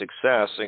success